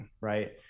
right